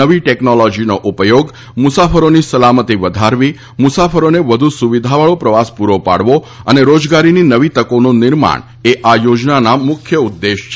નવી ટેકનોલોજીનો ઉપયોગ મુસાફરોની સલામતી વધારવી મુસાફરોને વધુ સુવિધાવાળી પ્રવાસ પૂરો પાડવો અને રોજગારીની નવી તકોનું નિર્માણ એ આ યોજનાના મુખ્ય ઉદ્દેશ છે